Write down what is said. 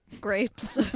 Grapes